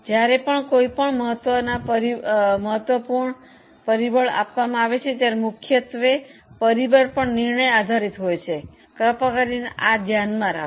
જ્યારે પણ કોઈ મહત્વપૂર્ણ પરિબળ આપવામાં આવે છે ત્યારે મુખ્યત્વે પરિબળ પર નિર્ણય આધારીત હોય છે કૃપા કરીને આ ધ્યાનમાં રાખો